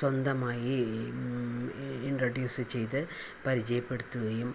സ്വന്തമായി ഇൻട്രൊഡ്യൂസ് ചെയ്ത് പരിചയപ്പെടുത്തുകയും